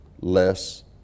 less